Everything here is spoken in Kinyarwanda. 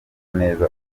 neza